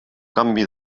canvi